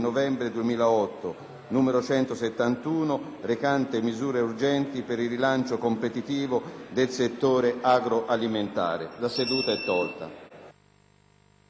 n. 171, recante misure urgenti per il rilancio competitivo del settore agroalimentare (1175). La seduta e` tolta